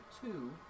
two